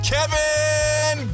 Kevin